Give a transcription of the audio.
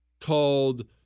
called